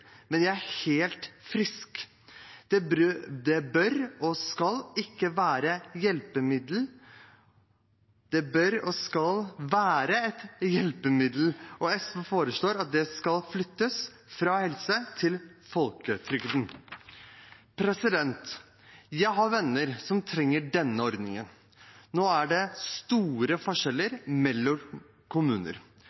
Men jeg er helt frisk. Det bør og skal være et hjelpemiddel, og SV foreslår at det skal flyttes fra helse til folketrygden. Jeg har venner som trenger denne ordningen. Nå er det store forskjeller